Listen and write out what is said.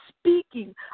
speaking